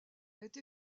été